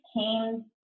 came